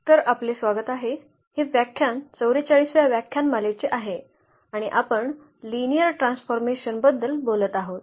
तर आपले स्वागत आहे हे व्याख्यान 44 व्या व्याख्यानमालेचे आहे आणि आपण लिनियर ट्रान्सफॉर्मेशन बद्दल बोलत आहोत